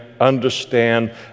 understand